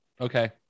Okay